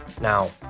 Now